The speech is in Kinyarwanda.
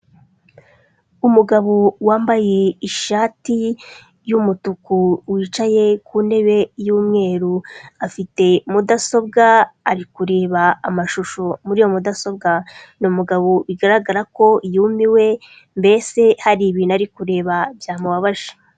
Umugabo wambaye ishati y'umutuku, wicaye ku ntebe y'umweru, afite mudasobwa ari kureba amashusho muri iyo mudasobwa, ni umugabo bigaragara ko yumiwe mbese hari ibintu ari kureba byamubabaje.